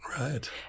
Right